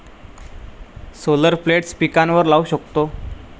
solar plates पिकांवर लाऊ शकतो